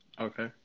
Okay